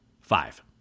Five